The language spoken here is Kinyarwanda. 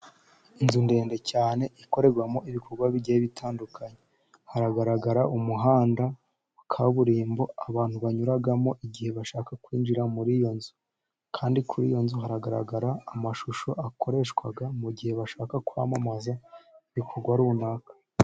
Inzu ndende cyane ikorerwamo ibikorwa bigiye bitandukanye, hagaragara umuhanda wa kaburimbo abantu banyuramo igihe bashaka kwinjira muri iyo nzu, kandi kuri iyo nzu haragaragara amashusho akoreshwa, mu gihe bashaka kwamamaza ibikorwa runaka.